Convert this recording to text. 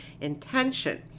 intention